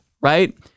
right